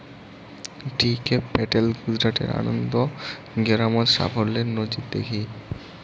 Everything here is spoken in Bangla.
টি কে প্যাটেল গুজরাটের আনন্দ গেরামত সাফল্যের নজির দ্যাখি